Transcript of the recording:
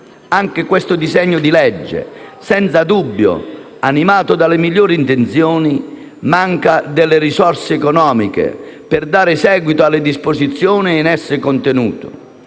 Anche questo disegno di legge, senza dubbio animato dalle migliori intenzioni, manca delle risorse economiche per dare seguito alle disposizioni in esso contenute.